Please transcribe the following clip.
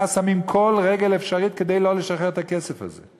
שמים כל רגל אפשרית כדי לא לשחרר את הכסף הזה.